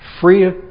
free